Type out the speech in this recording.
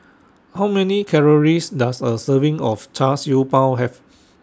How Many Calories Does A Serving of Char Siew Bao Have